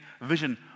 vision